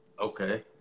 Okay